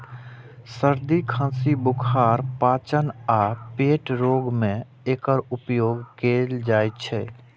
सर्दी, खांसी, बुखार, पाचन आ पेट रोग मे एकर उपयोग कैल जाइ छै